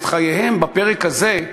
את חייהם בפרק הזה,